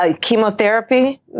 chemotherapy